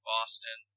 Boston